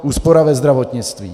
Úspora ve zdravotnictví.